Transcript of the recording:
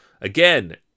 Again